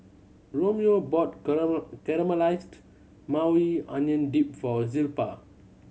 Romeo bought Caramelized Maui Onion Dip for Zilpah